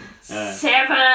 Seven